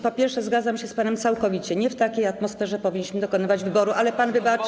Po pierwsze, zgadzam się z panem całkowicie: nie w takiej atmosferze powinniśmy dokonywać wyboru, ale pan wybaczy.